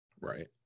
Right